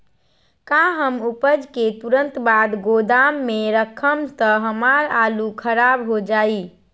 का हम उपज के तुरंत बाद गोदाम में रखम त हमार आलू खराब हो जाइ?